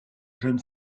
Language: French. jeune